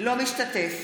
לא משתתף